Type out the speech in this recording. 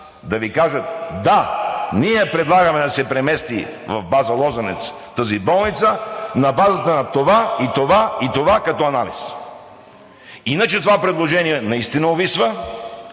да Ви кажат: да, ние предлагаме да се премести в База „Лозенец“ тази болница на базата на това и това, като анализ. Иначе това предложение наистина увисва,